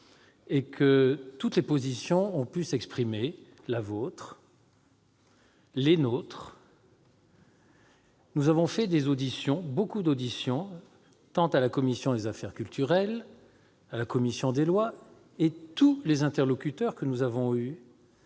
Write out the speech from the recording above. et que toutes les positions ont pu s'exprimer, la vôtre comme les nôtres. Nous avons mené beaucoup d'auditions, tant à la commission des affaires culturelles qu'à la commission des lois, et tous les interlocuteurs que nous avons